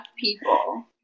people